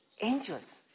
angels